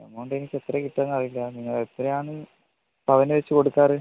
amount എനിക്ക് എത്രയാണ് കിട്ടാന്ന് അറിയില്ല നിങ്ങൾ എത്രയാന്ന് പവൻ വെച്ച് കൊടുക്കാറ്